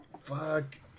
Fuck